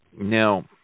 Now